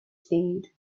speed